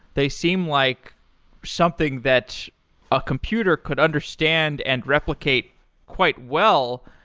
they seem like something that a computer could understand and replicate quite well.